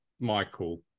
Michael